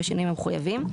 בשינויים המחויבים,